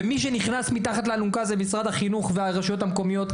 ומי שנכנס מתחת לאלונקה זה משרד החינוך והרשויות המקומיות,